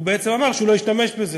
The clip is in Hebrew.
הוא בעצם אמר שהוא לא ישתמש בזה.